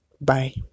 Bye